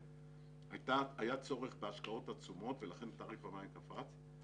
היה צורך בהשקעות עצומות ולכן תעריף המים קפץ,